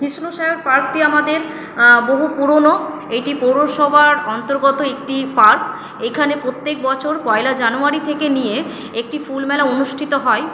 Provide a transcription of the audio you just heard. কৃষ্ণসায়র পার্কটি আমাদের বহু পুরনো এটি পৌরসভার অন্তর্গত একটি পার্ক এখানে প্রত্যেক বছর পয়লা জানুয়ারি থেকে নিয়ে একটি ফুল মেলা অনুষ্ঠিত হয়